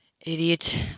Idiot